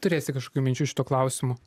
turėsi kažkokių minčių šituo klausimu